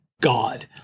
God